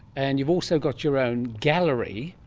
and you've also got your own gallery,